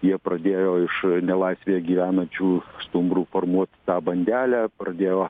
jie pradėjo iš nelaisvėje gyvenančių stumbrų formuoti tą bandelę pradėjo